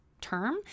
term